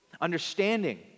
Understanding